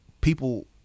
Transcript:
people